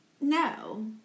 No